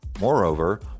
Moreover